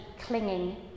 clinging